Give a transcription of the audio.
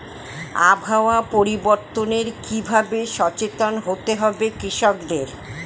আবহাওয়া পরিবর্তনের কি ভাবে সচেতন হতে হবে কৃষকদের?